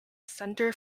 centre